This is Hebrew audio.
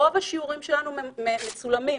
רוב השיעורים שלנו מצולמים,